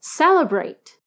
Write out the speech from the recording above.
celebrate